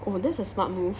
oh that's a smart move